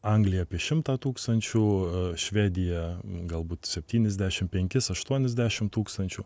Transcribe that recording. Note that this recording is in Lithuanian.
anglija apie šimtą tūkstančių švedija galbūt septyniasdešimt penkis aštuoniasdešimt tūkstančių